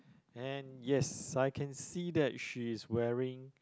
and yes I can see that she's wearing